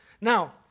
Now